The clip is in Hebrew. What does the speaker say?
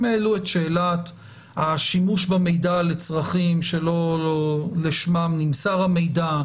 אם העלו את שאלת השימוש במידע לצרכים שלא לשמם נמסר המידע,